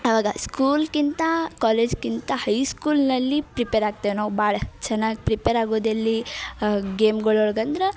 ಆವಾಗ ಸ್ಕೂಲ್ಗಿಂತ ಕಾಲೇಜ್ಗಿಂತ ಹೈಸ್ಕೂಲ್ನಲ್ಲಿ ಪ್ರಿಪೇರ್ ಆಗ್ತೇವೇ ನಾವು ಭಾಳ ಚೆನ್ನಾಗಿ ಪ್ರಿಪೇರ್ ಆಗೋದೆಲ್ಲಿ ಗೇಮ್ಗಳ್ ಒಳಗಂದ್ರೆ